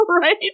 right